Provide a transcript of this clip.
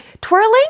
twirling